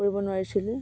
কৰিব নোৱাৰিছিলোঁ